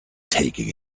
taking